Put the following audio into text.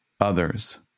others